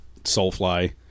Soulfly